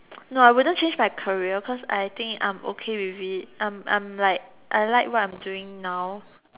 no I wouldn't change my career cause I think I'm okay with it um um like I like what I'm doing now